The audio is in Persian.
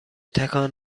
تکان